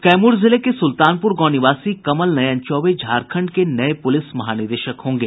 कैमूर जिले के सुलतानपुर गांव निवासी कमल नयन चौबे झारखंड के नये पुलिस महा निदेशक होंगे